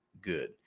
good